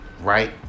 right